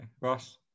Ross